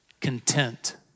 content